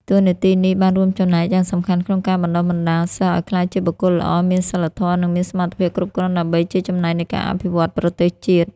តួនាទីនេះបានរួមចំណែកយ៉ាងសំខាន់ក្នុងការបណ្តុះបណ្តាលសិស្សឱ្យក្លាយជាបុគ្គលល្អ មានសីលធម៌ និងមានសមត្ថភាពគ្រប់គ្រាន់ដើម្បីជាចំណែកនៃការអភិវឌ្ឈន៌ប្រទេសជាតិ។